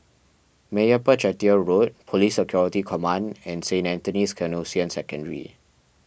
Meyappa Chettiar Road Police Security Command and Saint Anthony's Canossian Secondary